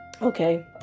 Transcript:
Okay